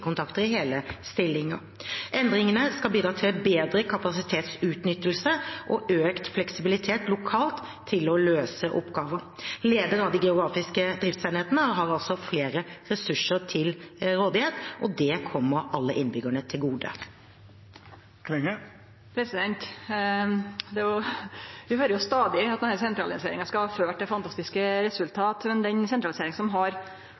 i hele stillinger. Endringene skal bidra til bedre kapasitetsutnyttelse og økt fleksibilitet lokalt til å løse oppgaver. Lederen av de geografiske driftsenhetene har altså flere ressurser til rådighet. Det kommer alle innbyggerne til gode. Vi høyrer stadig at denne sentraliseringa skal føre til fantastiske resultat, men den sentraliseringa som har